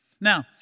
Now